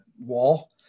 wall